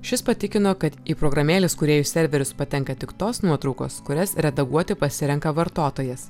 šis patikino kad į programėlės kūrėjų serverius patenka tik tos nuotraukos kurias redaguoti pasirenka vartotojas